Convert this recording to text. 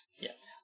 Yes